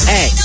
Hey